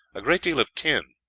a great deal of tin,